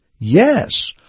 Yes